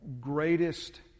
greatest